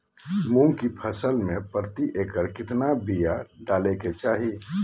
मूंग की फसल में प्रति एकड़ कितना बिया डाले के चाही?